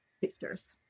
pictures